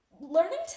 learning